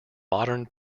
modern